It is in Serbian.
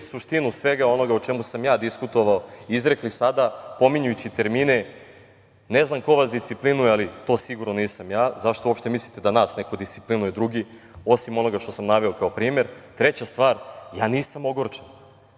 suštinu svega onoga o čemu sam ja diskutovao izrekli sada, pominjući termine - ne znam ko vas disciplinuje ali to sigurno nisam ja. Zašto uopšte mislite da nas neko disciplinuje drugi, osim onoga što sam naveo kao primer? Treća stvar, ja nisam ogorčen